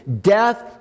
Death